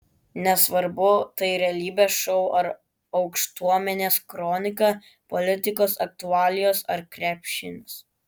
nesvarbu tai realybės šou ar aukštuomenės kronika politikos aktualijos ar krepšinis